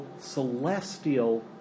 celestial